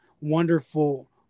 wonderful